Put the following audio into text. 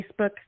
Facebook